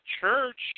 church